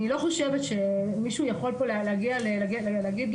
אני לא חושבת שמישהו יכול פה להגיד למוסד